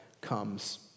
comes